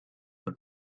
but